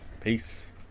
peace